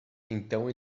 então